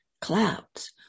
clouds